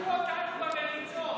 אולי ייקחו אותנו במריצות,